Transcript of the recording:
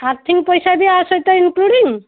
earthing ପଇସା ବି ଆ ସହିତ ଈଂକ୍ଲୁଡିଙ୍ଗ